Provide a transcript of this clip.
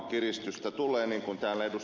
kiristystä tulee niin kuin täällä ed